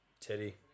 Teddy